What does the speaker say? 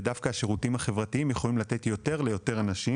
ודווקא השירותים החברתיים יכולים לתת יותר ליותר אנשים.